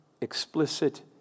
explicit